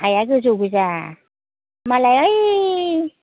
हाया गोजौ गोजा मालाय ओइ